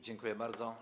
Dziękuję bardzo.